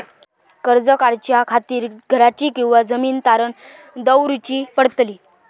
कर्ज काढच्या खातीर घराची किंवा जमीन तारण दवरूची पडतली?